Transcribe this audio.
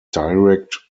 direct